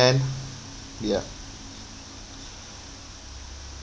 ya